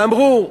ואמרו: